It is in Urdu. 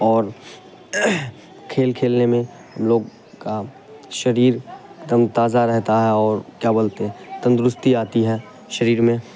اور کھیل کھیلنے میں لوگ کا شریر تر و تازہ رہتا ہے اور کیا بولتے ہیں تندرستی آتی ہے شریر میں